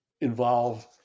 involve